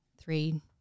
three